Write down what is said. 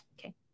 Okay